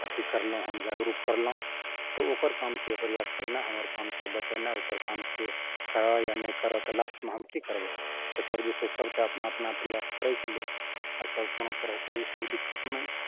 अथी करलहुँ हम जागरुक करलहुँ तऽ ओकर काम छियै प्रयास करनाइ हमर काम छियै बतेनाइ ओकर काम छियै करौ या नहि करौ तऽ लास्टमे हम की करबै तऽ तब जे छै सबटा अपना अपना प्रयास करै छै लोग आ सब कोनो तरहके छै से ओ दिक्कत नहि छै